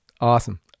Awesome